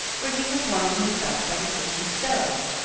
where he was warming himself by the kitchen stove.